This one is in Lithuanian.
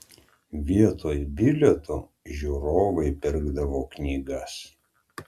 vietoj bilietų žiūrovai pirkdavo knygas